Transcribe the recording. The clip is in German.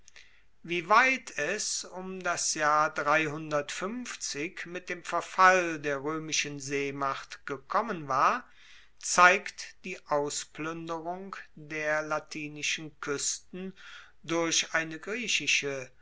wie weit es um das jahr mit dem verfall der roemischen seemacht gekommen war zeigt die auspluenderung der latinischen kuesten durch eine griechische